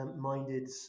minded